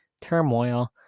turmoil